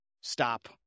stop